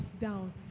down